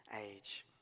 age